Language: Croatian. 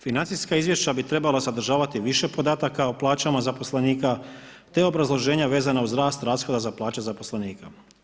Financijska izvješća bi trebala sadržavati više podataka o plaćama zaposlenika te obrazloženja vezana uz rast rashoda za plaće zaposlenika.